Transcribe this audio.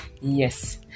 Yes